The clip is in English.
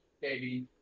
baby